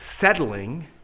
settling